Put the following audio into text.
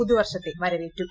പുതുവർഷത്തെ വരവേറ്റു